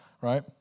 right